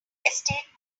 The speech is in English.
estate